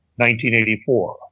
1984